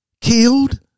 killed